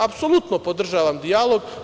Apsolutno podržavam dijalog.